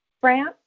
France